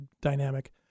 dynamic